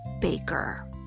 baker